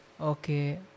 Okay